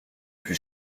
plus